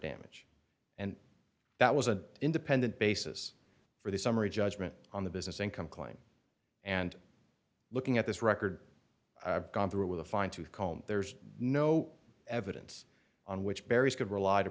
damage and that was an independent basis for the summary judgment on the business income claim and looking at this record i've gone through with a fine tooth comb there's no evidence on which barry's could rely to